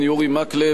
יוחנן פלסנר,